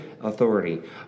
authority